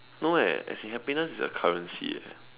no eh as in happiness is a currency eh